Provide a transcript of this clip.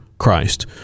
christ